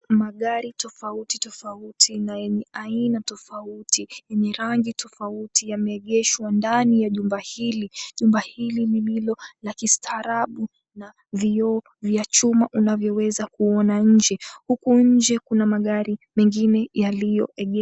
Magari tofauti tofauti na yenye aina tofauti, yenye rangi tofauti, yameegeshwa ndani ya jumba. Jumba hili lililo la kistaarabu na lenye vioo vya chuma unaweza kuona nje, huku nje kuna magari mengine yaliyoegeshwa.